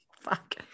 fuck